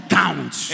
count